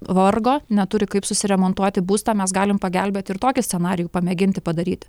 vargo neturi kaip susiremontuoti būstą mes galim pagelbėti ir tokį scenarijų pamėginti padaryti